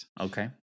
Okay